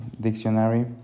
dictionary